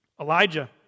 Elijah